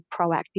proactive